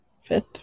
Fifth